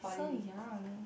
so young